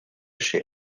chez